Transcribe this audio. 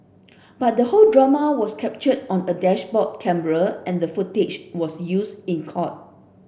but the whole drama was captured on a dashboard camera and the footage was used in court